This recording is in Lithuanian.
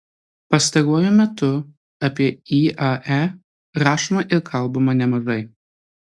pastaruoju metu apie iae rašoma ir kalbama nemažai